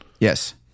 Yes